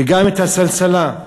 וגם את הסלסילה לכוהנים.